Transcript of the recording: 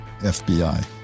FBI